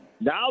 Now